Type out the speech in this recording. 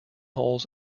holes